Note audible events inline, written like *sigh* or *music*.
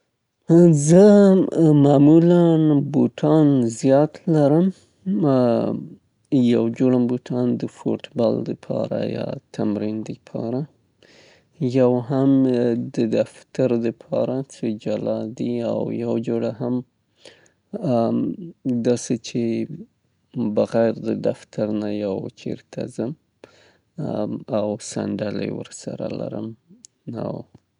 زه *hesitation* ډیر زیات بوټان لرم، البته پنځه جوړه، *hesitation* یا شپړ جوړې د سنډلو په شمول باندې. *hesitation* زما کېرمچ دي د قدم وهلو دپاره زما کېرمچان دي د فوټبال د پاره او همدارنګه زما د دفتر بوټان دي، زما سېنډلې دي او یو جوړه زما سلیپر بوټان دي.